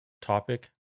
Topic